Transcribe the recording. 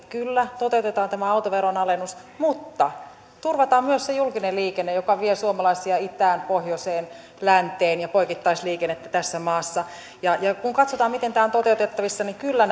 kyllä toteutetaan tämä autoveron alennus mutta turvataan myös se julkinen liikenne joka vie suomalaisia itään pohjoiseen länteen ja poikittain tässä maassa kun katsotaan miten tämä on toteutettavissa niin kyllä